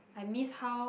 I miss how